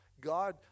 God